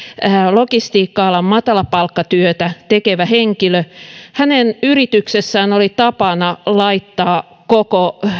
logistiikka alan matalapalkkatyötä tekevä henkilö hänen yrityksessään oli tapana laittaa koko